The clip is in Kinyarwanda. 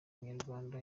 umunyarwanda